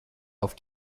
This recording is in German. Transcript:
auf